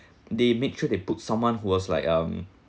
they make sure they put someone who was like um